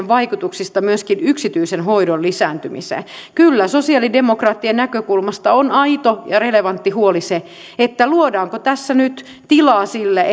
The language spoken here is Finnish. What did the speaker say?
vaikutuksiin myöskin yksityisen hoidon lisääntymiseen kyllä sosialidemokraattien näkökulmasta on aito ja relevantti huoli se luodaanko tässä nyt tilaa sille